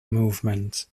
movement